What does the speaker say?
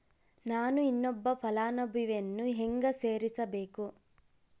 ನಾನು ಇನ್ನೊಬ್ಬ ಫಲಾನುಭವಿಯನ್ನು ಹೆಂಗ ಸೇರಿಸಬೇಕು?